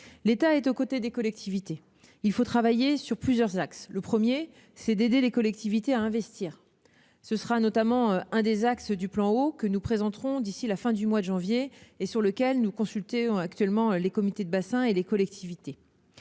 L'État est aux côtés des collectivités. Il faut travailler sur plusieurs axes. Le premier axe, c'est d'aider les collectivités à investir. Ce sera notamment l'un des axes du plan Eau que nous présenterons d'ici à la fin du mois de janvier et sur lequel nous consultons actuellement les comités de bassin et les collectivités.